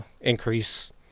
increase